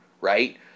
Right